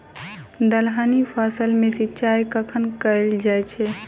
दलहनी फसल मे सिंचाई कखन कैल जाय छै?